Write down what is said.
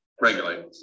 regulate